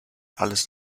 alles